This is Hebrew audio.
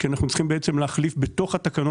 כי אנחנו צריכים בעצם להחליף בתוך התקנות